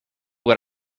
what